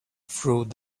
through